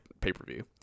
pay-per-view